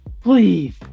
Please